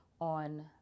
on